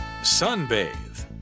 sunbathe